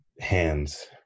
hands